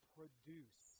Produce